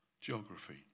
geography